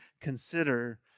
consider